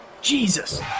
Jesus